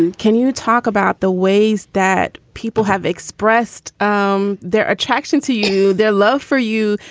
and can you talk about the ways that people have expressed um their attraction to you, their love for you?